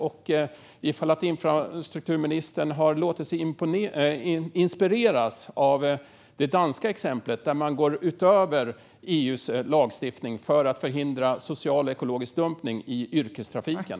Jag undrar ifall infrastrukturministern har låtit sig inspireras av det danska exemplet där man går utöver EU:s lagstiftning för att förhindra social och ekologisk dumpning i yrkestrafiken.